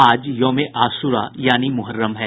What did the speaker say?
आज यौम ए आशूरा यानि मुहर्रम है